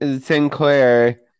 Sinclair